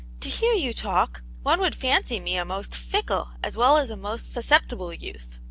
to hear you talk, one would fancy me a most fickle as well as a most susceptible youth.